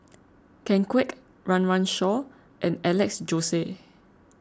Ken Kwek Run Run Shaw and Alex Josey